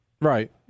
right